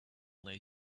lay